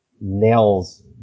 Nails